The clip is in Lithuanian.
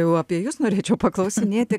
jau apie jus norėčiau paklausinėti